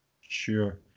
Sure